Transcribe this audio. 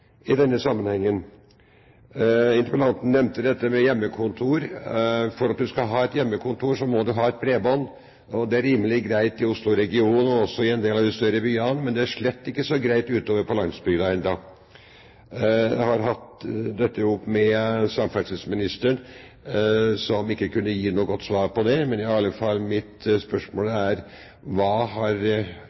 i denne sammenhengen. Interpellanten nevnte dette med hjemmekontor. For at man skal ha et hjemmekontor, må man ha et bredbånd. Det er rimelig greit i Oslo-regionen og også i en del av de større byene, men det er slett ikke så greit utover på landsbygda ennå. Jeg har tatt dette opp med samferdselsministeren, som ikke kunne gi noe godt svar på det. Men mitt spørsmål er i alle fall: